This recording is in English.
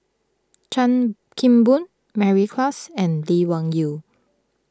Chan Kim Boon Mary Klass and Lee Wung Yew